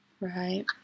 Right